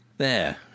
There